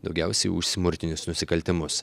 daugiausiai už smurtinius nusikaltimus